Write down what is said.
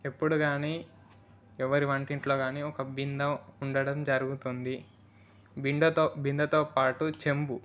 ఎప్పుడు కానీ ఎవరి వంటింట్లో కానీ ఒక బిందె ఉండటం జరుగుతుంది బిందెతో బిందెతో పాటు చెంబు